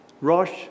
Rosh